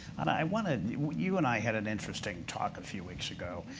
and i want to you and i had an interesting talk a few weeks ago,